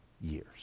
years